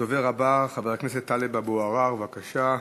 הדובר הבא, חבר הכנסת טלב אבו עראר, בבקשה.